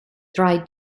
dry